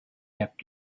left